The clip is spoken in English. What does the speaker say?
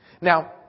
Now